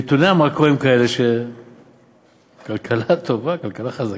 נתוני המקרו הם כאלה שהכלכלה טובה, הכלכלה חזקה.